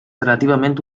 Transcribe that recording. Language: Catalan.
relativament